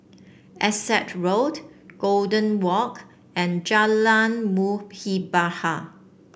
Essex Road Golden Walk and Jalan Muhibbah